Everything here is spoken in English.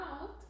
out